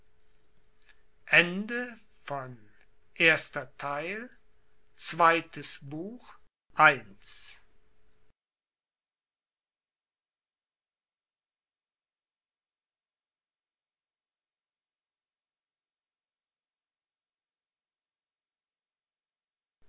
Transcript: zweites buch der